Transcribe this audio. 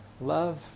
Love